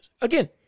Again